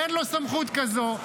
אין לו סמכות כזאת.